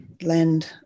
land